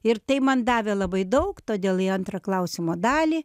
ir tai man davė labai daug todėl į antrą klausimo dalį